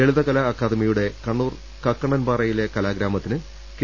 ലളിതകലാ അക്കാദമിയുടെ കണ്ണൂർ കക്കണ്ണൻ പാറയിലെ കലാഗ്രാ മത്തിന് കെ